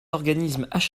organismes